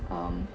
um